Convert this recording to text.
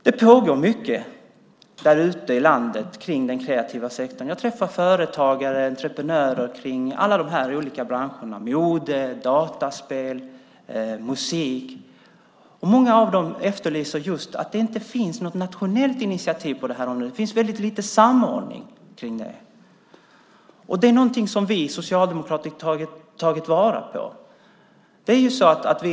Det pågår mycket ute i landet i den kreativa sektorn. Jag träffar företagare och entreprenörer i alla de här olika branscherna, mode, dataspel, musik. Många av dem säger just att det inte finns något nationellt initiativ på det här området. Det finns väldigt lite samordning kring det, och det är någonting som vi socialdemokrater tagit fasta på.